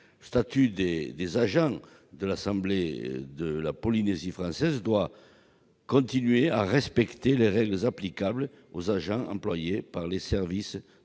Le statut des agents de l'assemblée de la Polynésie française doit continuer à respecter les règles applicables aux agents employés par les services de la